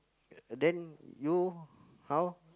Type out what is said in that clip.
then you how